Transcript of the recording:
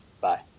Bye